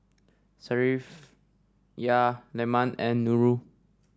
Safiya Leman and Nurul